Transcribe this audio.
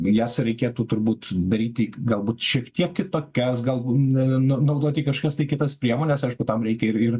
jas reikėtų turbūt daryti galbūt šiek tiek kitokias galbūt na nau naudoti kažkas kitas priemones aišku tam reikia ir ir